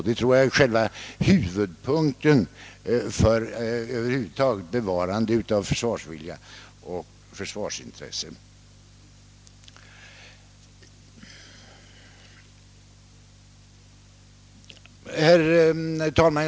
Det är själva huvudpunkten när det gäller att över huvud taget bevara försvarsvilja och försvarsintresse. Herr talman!